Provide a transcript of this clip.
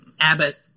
Abbott